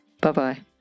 bye-bye